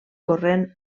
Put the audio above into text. corrent